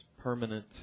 permanent